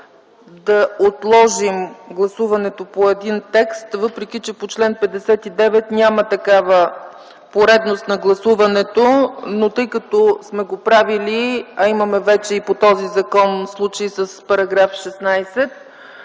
да отложим гласуването по един текст, въпреки че по чл. 59 няма такава поредност на гласуването. Тъй като сме го правили, а имаме вече и по този закон случай с § 16,